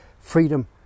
freedom